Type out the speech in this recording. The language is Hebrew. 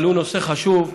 אבל הוא נושא חשוב.